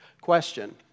Question